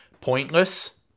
pointless